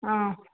ಹಾಂ